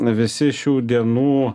visi šių dienų